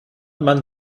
man